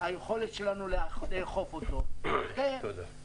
היכולת שלנו לאכוף אותו --- תודה.